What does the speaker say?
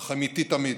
אך הם איתי תמיד.